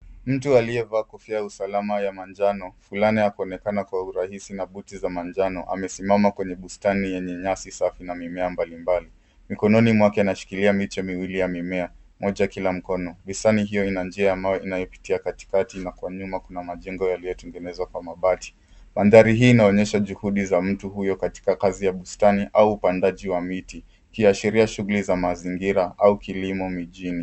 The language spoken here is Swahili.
Mtu aliyevaa kofia ya usalama ya manjano, fulana ya kuonekana kwa urahisi na buti za manjano amesimama kwenye bustani yenye nyasi safi na mimea mbalimbali. Mikononi mwake anashikilia miche miwili ya mimea moja kila mkono. Bustani hiyo ina njia ya mawe inayopitia katikati na kwa nyuma kuna majengo yaliyotengenezwa kwa mabati. Mandhari hii inaonyesha juhudi za mtu huyo katika kazi za bustani au upandaji wa miti ikiashiria shughuli za mazingira au kilimo mijini.